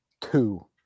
two